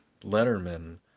Letterman